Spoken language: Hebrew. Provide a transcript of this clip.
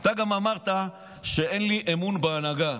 אתה גם אמרת: אין לי אמון בהנהגה.